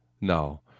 no